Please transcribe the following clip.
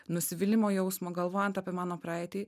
nusivylimo jausmo galvojant apie mano praeitį